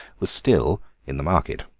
was still in the market.